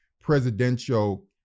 presidential